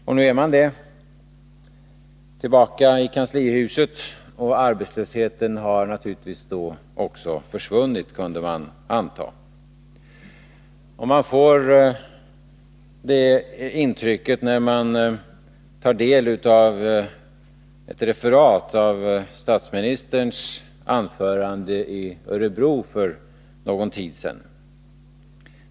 Nu är socialdemokraterna tillbaka i kanslihuset — och arbetslösheten har naturligtvis då också försvunnit, kunde man anta. Man får det intrycket när man tar del av ett referat av statsministerns anförande i Örebro för någon tid sedan.